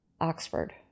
Oxford